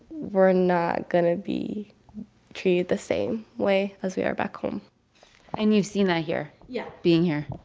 we're not going to be treated the same way as we are back home and you've seen that here. yeah. being here.